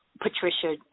Patricia